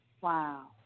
Wow